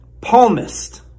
Palmist